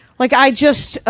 like i just,